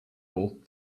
all